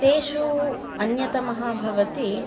तेषु अन्यतमः भवति